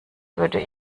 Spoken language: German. würde